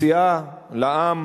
מציעה לעם